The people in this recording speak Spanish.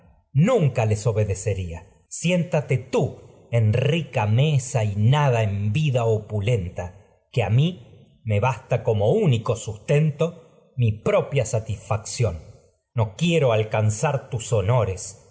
nunca tú en obedecería siéntate rica mesa y nada en vida opulenta que a mí me basta como único sustento mi propia satisfacción no quiero alcanzar tus honores